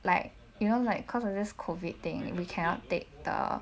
like you know like cause of this covid thing we cannot take the